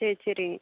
சரி சரி